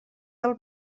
del